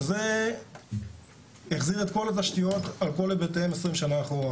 וזה החזיר את כל התשתיות על כל היבטיהן 20 שנים אחורה.